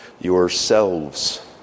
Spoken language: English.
yourselves